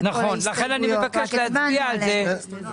על תקציב רגיל הוא מצביע בשלוש קריאות.